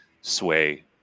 sway